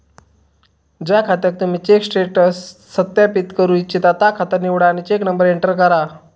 ज्या खात्याक तुम्ही चेक स्टेटस सत्यापित करू इच्छिता ता खाता निवडा आणि चेक नंबर एंटर करा